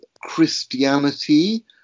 Christianity